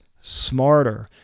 smarter